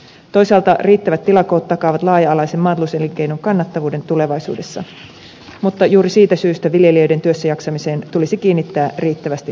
toisaalta riittävät tilakoot takaavat laaja alaisen maatalouselinkeinon kannattavuuden tulevaisuudessa mutta juuri siitä syystä viljelijöiden työssäjaksamiseen tulisi kiinnittää riittävästi huomiota